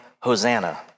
Hosanna